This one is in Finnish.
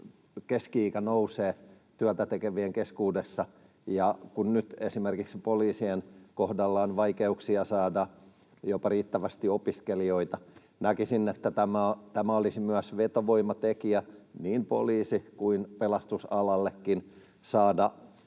keski-ikä nousee työtä tekevien keskuudessa ja kun nyt esimerkiksi poliisien kohdalla on vaikeuksia saada jopa riittävästi opiskelijoita. Näkisin, että tämä olisi myös vetovoimatekijä niin poliisi‑ kuin pelastusalallekin saada